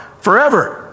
Forever